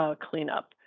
cleanup